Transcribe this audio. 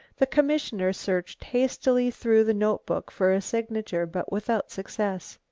the commissioner searched hastily through the notebook for a signature, but without success.